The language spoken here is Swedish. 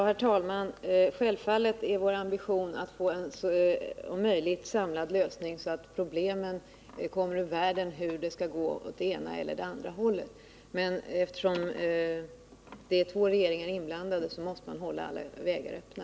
Herr talman! Självfallet är vår ambition att om möjligt åstadkomma en samlad lösning, så att planeringsproblemet kommer ur världen. Men eftersom två regeringar är inblandade, måste vi hålla alla vägar öppna.